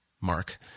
Mark